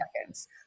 seconds